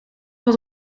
wat